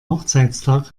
hochzeitstag